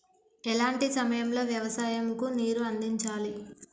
ఎలాంటి సమయం లో వ్యవసాయము కు నీరు అందించాలి?